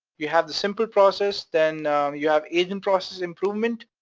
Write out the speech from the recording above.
you have the simple process, then you have agent process improvement,